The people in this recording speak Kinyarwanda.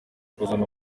kuzana